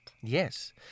Yes